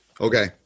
Okay